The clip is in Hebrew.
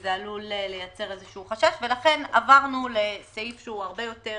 וזה עלול לייצר איזשהו חשש ולכן עברנו לסעיף שהוא הרבה יותר